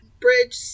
Bridge